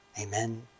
Amen